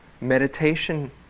meditation